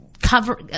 cover